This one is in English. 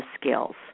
skills